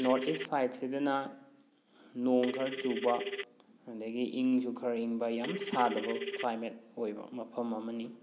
north east ꯁꯥꯏꯠꯁꯤꯗꯅ ꯅꯣꯡ ꯈꯔ ꯆꯨꯕ ꯑꯗꯒꯤ ꯏꯪꯁꯨ ꯈꯔ ꯏꯪꯕ ꯌꯥꯝ ꯁꯥꯗꯕ ꯀ꯭ꯂꯥꯏꯃꯦꯠ ꯑꯣꯏꯕ ꯃꯐꯝ ꯑꯃꯅꯤ